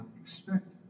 expect